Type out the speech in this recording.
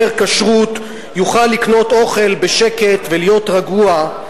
הכשרות יוכל לקנות אוכל בשקט ולהיות רגוע,